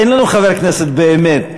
אין לנו חבר כנסת באמת.